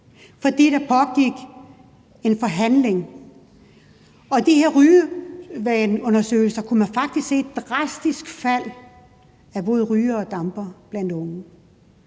fordi der pågik en forhandling. I de her rygevaneundersøgelser kunne man faktisk se et drastisk fald i antallet af både rygere og dampere blandt unge.